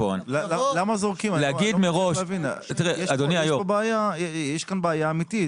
יש כאן בעיה אמיתית.